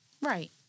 Right